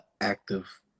active